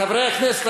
חברי הכנסת,